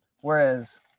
whereas